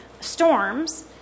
Storms